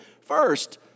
first